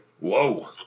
Whoa